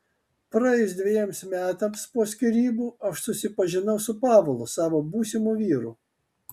praėjus dvejiems metams po skyrybų aš susipažinau su pavlu savo būsimu vyru